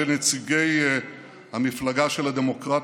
אלה נציגי המפלגה של הדמוקרטיה.